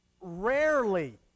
rarely